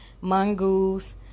Mongoose